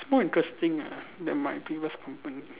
more interesting ah than my previous company